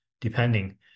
depending